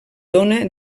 dóna